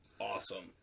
awesome